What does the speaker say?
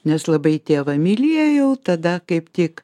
nes labai tėvą mylėjau tada kaip tik